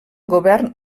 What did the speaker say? govern